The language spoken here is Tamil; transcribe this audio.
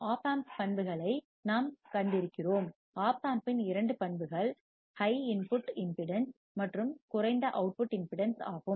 ஒப் ஆம்ப் பண்புகளை நாம் கண்டிருக்கிறோம் ஓப்பம்பின் இரண்டு பண்புகள் உயர்ஹை இன்புட் இம்பிடிடென்ஸ் மற்றும் குறைந்தஅவுட்புட் இம்பிடிடென்ஸ் ஆகும்